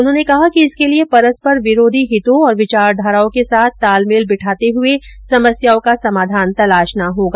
उन्होंने कहा कि इसके लिए परस्पर विरोधी हितों और विचारधाराओं के साथ तालमेल बिठाते हुए समस्याओं का समाधान तलाशना होगा